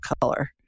color